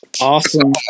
Awesome